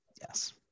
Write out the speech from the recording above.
Yes